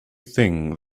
things